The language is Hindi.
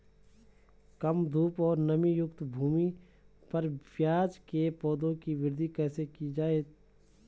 कम धूप और नमीयुक्त भूमि पर प्याज़ के पौधों की वृद्धि कैसे की जाए?